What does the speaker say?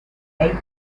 eight